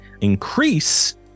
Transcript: increase